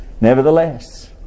Nevertheless